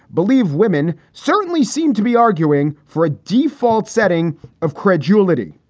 believe women certainly seem to be arguing for a default setting of credulity.